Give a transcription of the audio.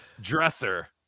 dresser